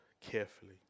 carefully